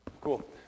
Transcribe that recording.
Cool